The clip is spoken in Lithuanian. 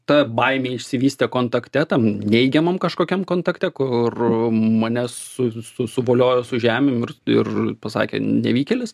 ta baimė išsivystė kontakte tam neigiamam kažkokiam kontakte kur mane su su suvoliojo su žemėm ir ir pasakė nevykėlis